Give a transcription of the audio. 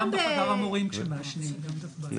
גם בחדר מורים מעשנים, גם זאת בעיה.